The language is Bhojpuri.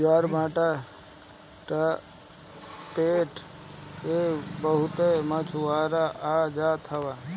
ज्वारभाटा के चपेट में बहुते मछुआरा आ जात हवन